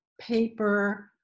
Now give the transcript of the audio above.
paper